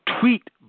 tweet